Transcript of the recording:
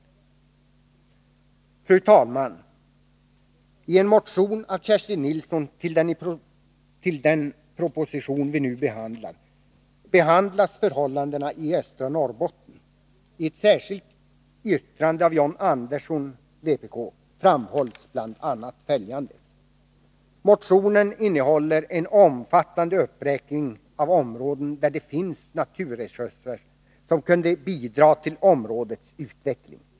Fru talman! I en motion av Kerstin Nilsson till den proposition vi nu diskuterar behandlas förhållandena i östra Norrbotten. I ett särskilt yttrande av John Andersson från vpk framhålls bl.a. följande: ”Motionen innehåller en omfattande uppräkning av områden där det finns naturresurser som kunde bidra till områdets utveckling.